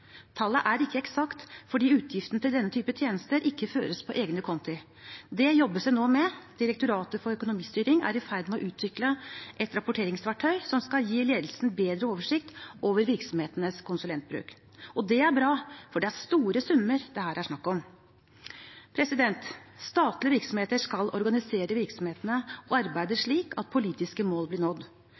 Tallet er ikke eksakt fordi utgiftene til denne typen tjenester ikke føres på egne konti. Det jobbes det nå med. Direktoratet for økonomistyring er i ferd med å utvikle et rapporteringsverktøy som skal gi ledelsen bedre oversikt over virksomhetenes konsulentbruk. Det er bra, for det er store summer det her er snakk om. Statlige virksomheter skal organisere virksomhetene og arbeidet slik at politiske mål blir nådd.